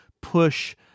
push